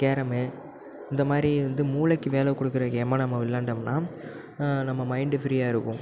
carrom இந்த மாதிரி வந்து மூளைக்கு வேலை கொடுக்குற கேம்மாக நம்ம விளையாண்டோம்னா நம்ம மைண்டு ஃப்ரீயாக இருக்கும்